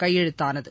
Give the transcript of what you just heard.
கையெழுத்தானது